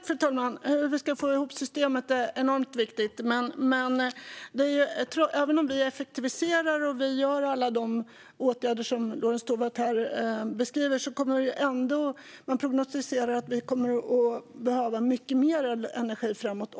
Fru talman! Hur vi ska få ihop systemet är enormt viktigt. Även om vi effektiviserar och vidtar alla de åtgärder som Lorentz Tovatt beskriver problematiserar man att vi kommer att behöva mycket mer energi framöver.